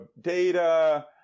data